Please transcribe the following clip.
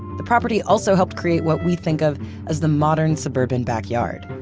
the property also helped create what we think of as the modern suburban backyard,